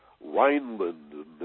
Rhineland